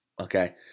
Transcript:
okay